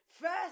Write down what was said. first